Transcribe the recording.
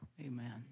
Amen